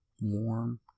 warm